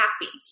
happy